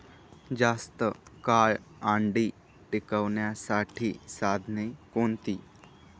जास्त काळ अंडी टिकवण्यासाठी साधने कोणती?